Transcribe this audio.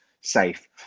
safe